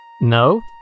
No